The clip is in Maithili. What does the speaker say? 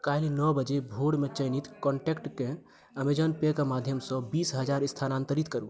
काल्हि नओ बजे भोर मे चयनित कॉन्टैक्टकेँ ऐमेज़ौन पे के माध्यम सऽ बीस हजार स्थानांतरित करू